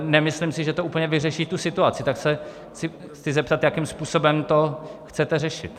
Nemyslím si, že to úplně vyřeší tu situaci, tak se chci zeptat, jakým způsobem to chcete řešit.